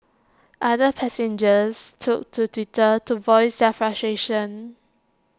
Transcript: other passengers took to Twitter to voice their frustrations